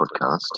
podcast